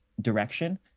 direction